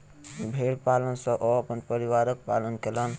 भेड़ पालन सॅ ओ अपन परिवारक पालन कयलैन